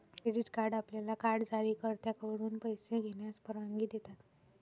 credit card आपल्याला card जारीकर्त्याकडून पैसे घेण्यास परवानगी देतात